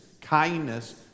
kindness